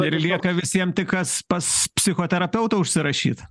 ir lieka visiem tik kas pas psichoterapeutą užsirašyt